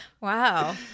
wow